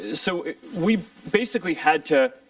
so we basically had to